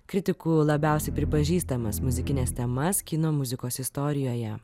kritikų labiausiai pripažįstamas muzikines temas kino muzikos istorijoje